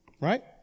Right